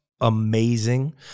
amazing